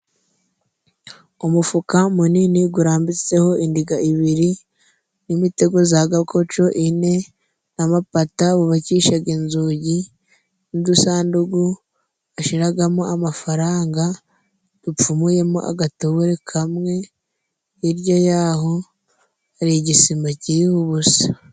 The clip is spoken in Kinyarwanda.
Umufuka munini gurambitseho indiga ibiri, n'imitego za gakoco ine ,n'amapata bubakishaga inzugi n'udusandugu bashiragamo amafaranga dupfumuyemo agatobore kamwe ,hirya yaho hari igisima kiriho ubusa.